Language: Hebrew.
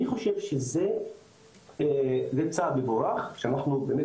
אני חושב שזה צעד מבורך שאנחנו באמת